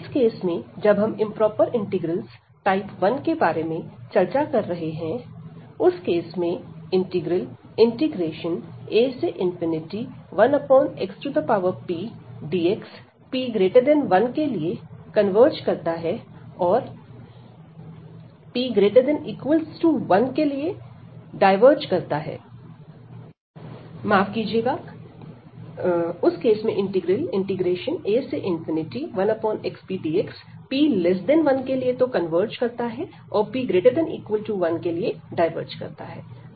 इस केस में जब हम इंप्रोपर इंटीग्रल्स टाइप 1 के बारे में चर्चा कर रहे हैं उस केस में इंटीग्रल a1xpdx p1 के लिए कन्वर्ज करता है और p≥1 के लिए डायवर्ज करता है